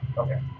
Okay